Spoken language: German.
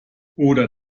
oder